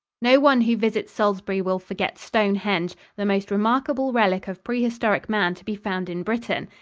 no one who visits salisbury will forget stonehenge, the most remarkable relic of prehistoric man to be found in britain.